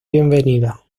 bienvenida